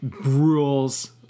rules